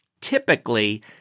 typically